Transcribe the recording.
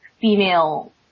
female